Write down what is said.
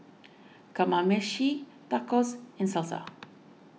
Kamameshi Tacos and Salsa